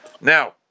Now